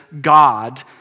god